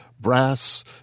brass